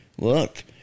look